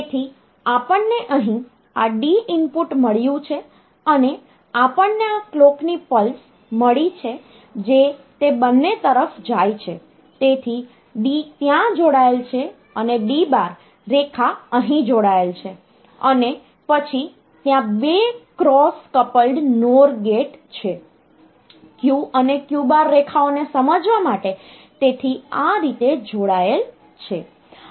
તેથી આપણ ને અહીં આ D ઇનપુટ મળ્યું છે અને આપણને આ કલોકની પલ્સ મળી છે જે તે બંને તરફ જાય છે તેથી D ત્યાં જોડાયેલ છે અને D બાર રેખા અહીં જોડાયેલ છે અને પછી ત્યાં 2 ક્રોસ કપલ્ડ NOR ગેટ છે Q અને Q બાર રેખાઓને સમજવા માટે તેથી આ રીતે જોડાયેલ છે